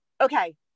okay